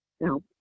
now